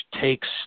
takes